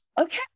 okay